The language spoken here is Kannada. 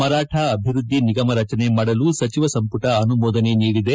ಮರಾಠ ಅಭಿವೃದ್ದಿ ನಿಗಮ ರಚನೆ ಮಾಡಲು ಸಚಿವ ಸಂಪುಟ ಅನುಮೋದನೆ ನೀಡಿದೆ